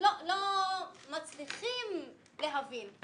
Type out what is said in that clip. לא מצליחים להבין.